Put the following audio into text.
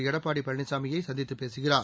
எடப்பாடி பழனிசாமியை சந்தித்து பேசுகிறார்